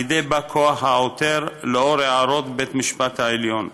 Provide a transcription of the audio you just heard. ידי בא כוח העותר לאור הערות בית המשפט העליון.